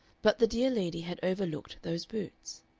but the dear lady had overlooked those boots.